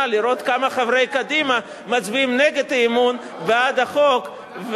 לראות כמה חברי קדימה מצביעים נגד אי-אמון ובעד החוק.